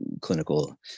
clinical